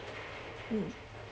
mm